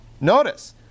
notice